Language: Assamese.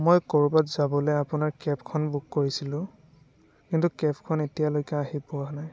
মই ক'ৰবাত যাবললৈ আপোনাৰ কেবখন বুক কৰিছিলোঁ কিন্তু কেবখন এতিয়ালৈকে আহি পোৱা নাই